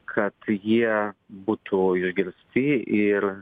kad jie būtų išgirsti ir